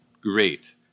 Great